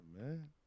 man